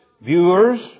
viewers